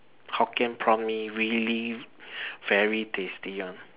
Hokkien Prawn Mee really very tasty [one]